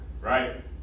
right